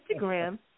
Instagram